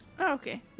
okay